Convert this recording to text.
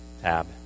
tab